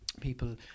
people